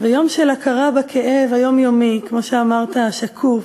ויום של הכרה בכאב היומיומי, השקוף,